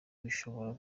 bishobora